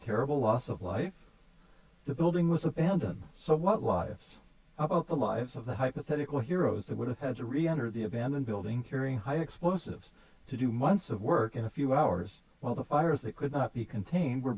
terrible loss of life the building was abandoned so what life's about the lives of the hypothetical heroes that would have had to reenter the abandoned building carrying high explosives to do months of work in a few hours while the fires that could not be contained were